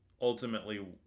Ultimately